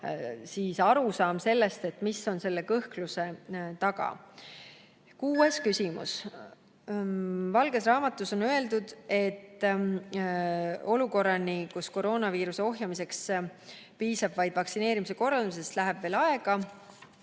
ka arusaamine sellest, mis on kõhkluse taga. Kuues küsimus: "Valges raamatus on öeldud, et "Olukorrani, kus koroonaviiruse ohjamiseks piisab vaid vaktsineerimise korraldamisest, läheb veel aega."